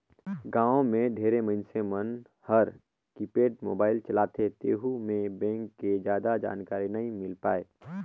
गांव मे ढेरे मइनसे मन हर कीपेड मोबाईल चलाथे तेहू मे बेंक के जादा जानकारी नइ मिल पाये